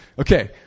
Okay